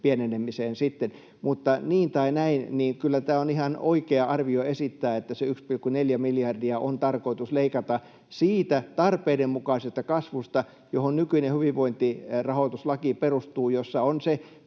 pienenemiseen. Niin tai näin, mutta kyllä tämä on ihan oikea arvio esittää, että se 1,4 miljardia on tarkoitus leikata siitä tarpeiden mukaisesta kasvusta, johon nykyinen hyvinvointirahoituslaki perustuu, jossa on se